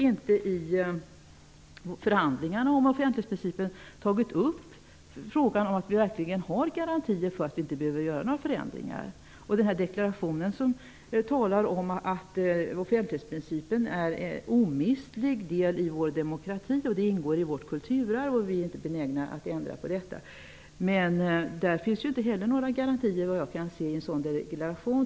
I förhandlingarna om offentlighetsprincipen har vi tyvärr inte tagit upp frågan om garanti så att vi inte behöver göra förändringar. I en deklaration sägs att offentlighetsprincipen är en omistlig del i vår demokrati som ingår i vårt kulturarv som vi inte är benägna att ändra. I deklarationen finns såvitt jag kan se inte heller några garantier.